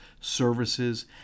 services